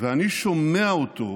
ואני שומע אותו.